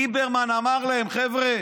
ליברמן אמר להם: חבר'ה,